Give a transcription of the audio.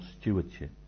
stewardship